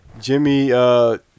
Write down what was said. Jimmy